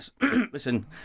Listen